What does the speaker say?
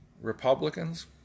Republicans